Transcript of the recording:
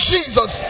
Jesus